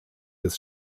des